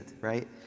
Right